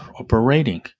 operating